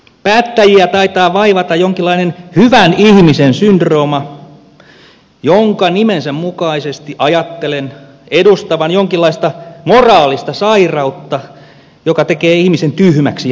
päättäjiä taitaa vaivata jonkinlainen hyvän ihmisen syndrooma jonka nimensä mukaisesti ajattelen edustavan jonkinlaista moraalista sairautta joka tekee ihmisen tyhmäksi ja heikoksi